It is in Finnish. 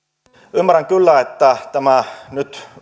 ymmärrän kyllä että nyt tämä